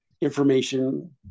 information